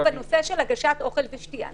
הבריאותי הוא בנושא של הגשת אוכל ושתייה.